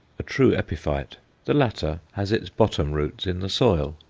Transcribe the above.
a true epiphyte the latter has its bottom roots in the soil,